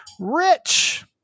rich